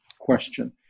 question